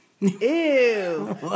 ew